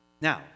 Now